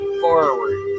forward